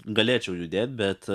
galėčiau judėt bet